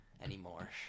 anymore